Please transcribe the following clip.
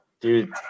Dude